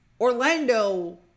Orlando